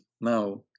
now